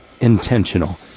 Intentional